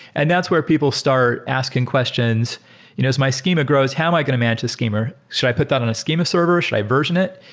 and that's where people start asking questions. you know as my schema grows, how am i going to manage the schema? should i put that on a schema server? server? should i version it?